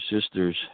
sisters